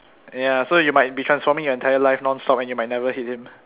ya so you might be transforming your entire life non stop and you might never hit him